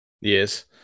Yes